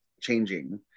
changing